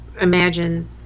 imagine